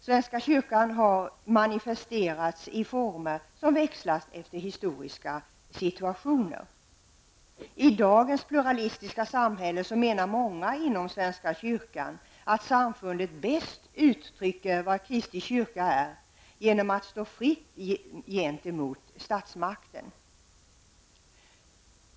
Svenska kyrkan har manifesterats i former som växlat efter historiska situationer. I dagens pluralistiska samhälle menar många inom svenska kyrkan att samfundet bäst uttrycker vad Kristi kyrka är genom att stå fritt gentemot statsmakten.